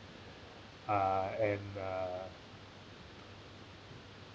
uh and uh